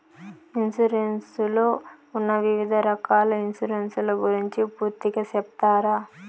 Insurance లో ఉన్న వివిధ రకాల ఇన్సూరెన్సు ల గురించి పూర్తిగా సెప్తారా?